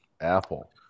Apple